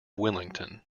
willington